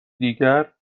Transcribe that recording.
دیگر